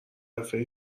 دفعه